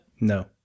No